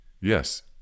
Yes